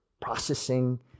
processing